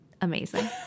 amazing